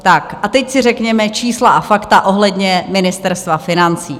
Tak a teď si řekněme čísla a fakta ohledně Ministerstva financí.